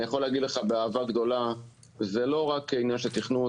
אני יכול להגיד לך באהבה גדולה שזה לא רק עניין של תכנון,